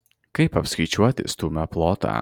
kaip apskaičiuoti stūmio plotą